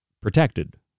protected